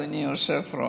אדוני היושב-ראש.